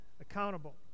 accountable